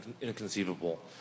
inconceivable